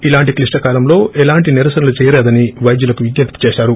ఇలాంటి క్లిష్ట కాలం లో ఎలాంటి నిరసనలు చేయరాదని వైద్యులకు విజ్ఞప్తి చేశారు